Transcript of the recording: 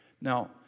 Now